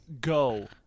go